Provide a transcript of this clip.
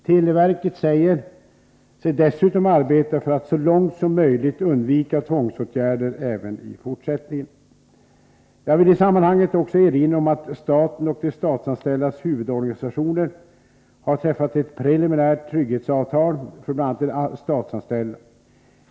Televerket säger sig dessutom arbeta 30 januari 1984 för att så långt som möjligt undvika tvångsåtgärder även i fortsättningen. Jag vill i sammanhanget också erinra om att staten och de statsanställdas : Om stora övertidshuvudorganisationer har träffat ett preliminärt trygghetsavtal för bl.a. de uttag och anställstatsanställda.